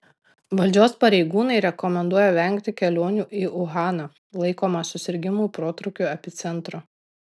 valdžios pareigūnai rekomenduoja vengti kelionių į uhaną laikomą susirgimų protrūkio epicentru